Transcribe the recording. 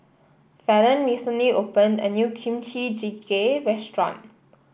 Falon recently opened a new Kimchi Jjigae Restaurant